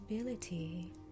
ability